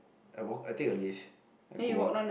I walk I take the lift I go up